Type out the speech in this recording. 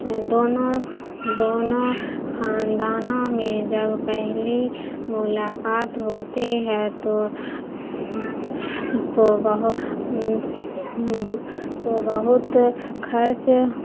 دونوں دونوں خاندانوں میں جب پہلی ملاقات ہوتی ہے تو تو تو بہت خرچ